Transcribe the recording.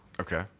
Okay